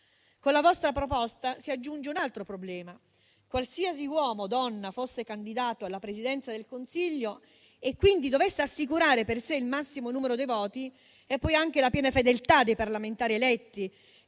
Con la vostra proposta si aggiunge un altro problema: qualsiasi uomo o donna fosse candidato alla Presidenza del Consiglio, e quindi dovesse assicurare per sé il massimo numero dei voti e anche la piena fedeltà dei parlamentari eletti